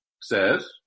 says